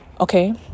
Okay